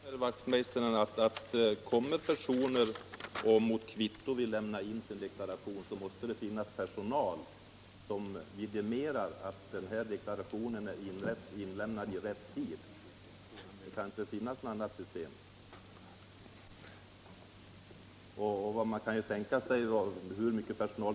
Herr talman! Jag kan inte, herr Wachtmeister i Staffanstorp, se annat än att om deklaranterna skall få ett kvitto måste det finnas personal som kan vidimera att deklarationen är inlämnad i rätt tid. För att man skall klara detta behövs det mycket personal.